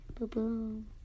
boom